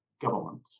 government